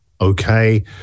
okay